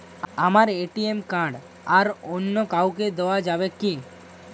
আমার ATM card অন্য কাউকে দেওয়া যাবে কি?